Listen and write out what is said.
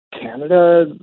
Canada